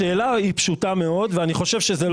השאלה היא פשוטה מאוד ואני חושב שזה לא המקום.